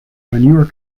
manure